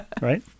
right